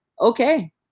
okay